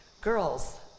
girls